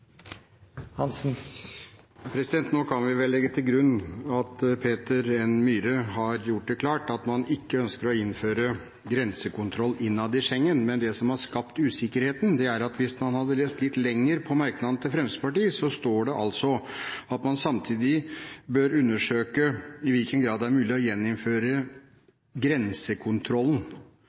Nå kan vi vel legge til grunn at Peter N. Myhre har gjort det klart at man ikke ønsker å innføre grensekontroll innad i Schengen. Det som har skapt usikkerheten – hvis man leser litt lenger i merknaden til Fremskrittspartiet – er at det står at man samtidig bør undersøke i hvilken grad det er mulig å gjeninnføre grensekontrollen.